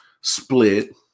split